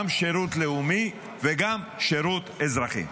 גם שירות לאומי וגם שירות אזרחי.